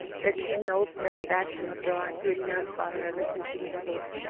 there came an old friend back from abroad who had known father ever since he was a boy,